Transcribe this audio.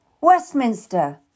Westminster